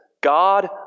God